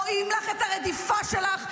רואים לך את הרדיפה שלך,